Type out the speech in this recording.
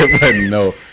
No